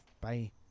Bye